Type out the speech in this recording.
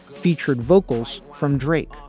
featured vocals from drake.